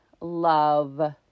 love